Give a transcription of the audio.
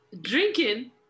drinking